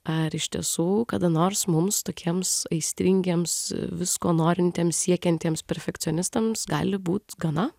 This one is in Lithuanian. ar iš tiesų kada nors mums tokiems aistringiems visko norintiems siekiantiems perfekcionistams gali būt gana